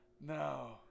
No